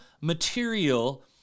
material